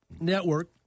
network